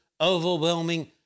overwhelming